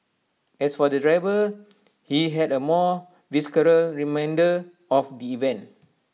as for the driver he had A more visceral reminder of the event